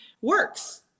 works